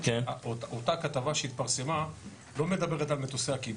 אותה כתבה שהתפרסמה לא מדברת על מטוסי הכיבוי,